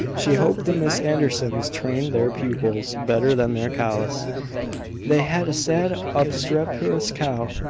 she hoped the miss andersons trained their pupils better than their cows they had a sad obstreperous cow,